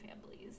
families